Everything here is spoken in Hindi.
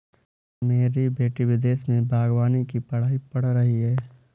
मेरी बेटी विदेश में बागवानी की पढ़ाई पढ़ रही है